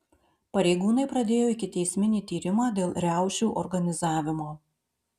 pareigūnai pradėjo ikiteisminį tyrimą dėl riaušių organizavimo